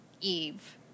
Eve